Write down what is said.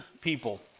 people